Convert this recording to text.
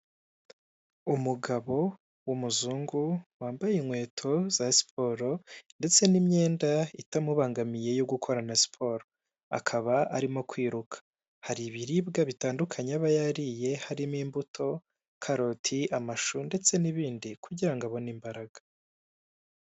Umugabo w'umuzungu wambaye inkweto za siporo ndetse n'imyenda itamubangamiye yo gukora na siporo akaba arimo kwiruka hari ibiribwa bitandukanye aba yariye harimo imbuto karoti, amashu ndetse n'ibindi, kugira ngo abone imbaraga.